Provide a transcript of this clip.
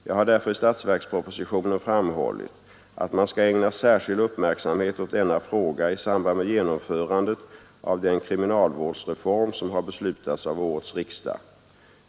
Jag har därför i statsverkspropositionen framhållit att man skall ägna särskild uppmärksamhet åt denna fråga i samband med genomförandet av den kriminalvårdsreform som har beslutats av årets riksdag.